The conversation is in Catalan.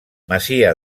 masia